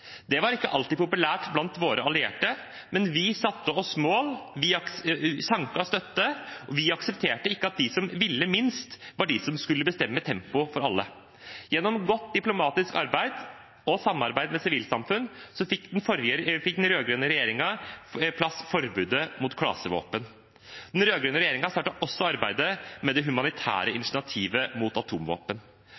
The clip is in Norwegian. Det var ikke alltid populært blant våre allierte, men vi satte oss mål, vi sanket støtte, og vi aksepterte ikke at de som ville minst, var de som skulle bestemme tempoet for alle. Gjennom godt diplomatisk arbeid og samarbeid med sivilsamfunn fikk den rød-grønne regjeringen på plass forbudet mot klasevåpen. Den rød-grønne regjeringen startet også arbeidet med det humanitære